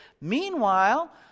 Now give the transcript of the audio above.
Meanwhile